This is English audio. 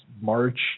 march